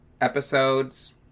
episodes